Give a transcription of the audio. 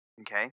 Okay